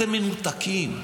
אתם מנותקים.